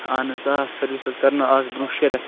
اہن حظ آ سٔروِس حظ کَرنٲو آز برۄنٛٹھ شیٚے رٮ۪تھ